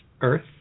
earth